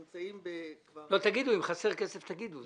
אם חסר כסף, תגידו.